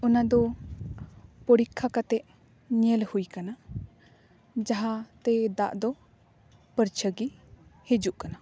ᱚᱱᱟ ᱫᱚ ᱯᱚᱨᱤᱠᱷᱟ ᱠᱟᱛᱮᱫ ᱧᱮᱞ ᱦᱩᱭᱟᱠᱟᱱᱟ ᱡᱟᱦᱟᱛᱮ ᱫᱟᱜ ᱫᱚ ᱯᱟᱹᱨᱪᱷᱟᱹᱜᱮ ᱦᱤᱡᱩᱜ ᱠᱟᱱᱟ